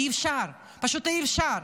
אי-אפשר, פשוט אי-אפשר.